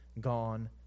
gone